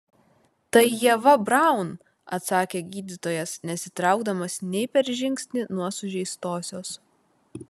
tai ieva braun atsakė gydytojas nesitraukdamas nei per žingsnį nuo sužeistosios